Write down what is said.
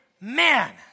Man